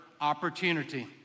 opportunity